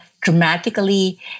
dramatically